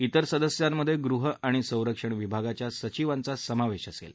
त्रेर सदस्यांमधे गृह आणि संरक्षण विभागाच्या सचिवांचा समावेश असेल